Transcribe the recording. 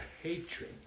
hatred